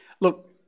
Look